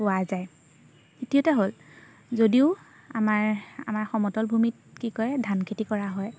পোৱা যায় তৃতীয়তে হ'ল যদিও আমাৰ আমাৰ সমতল ভূমিত কি কৰে ধান খেতি কৰা হয়